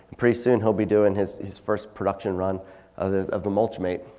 pretty soon he'll be doing his his first production run of the of the mulchmate.